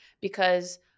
because-